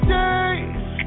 days